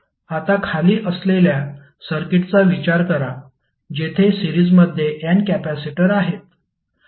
आता खाली असलेल्या सर्किटचा विचार करा जेथे सिरीजमध्ये n कॅपेसिटर आहेत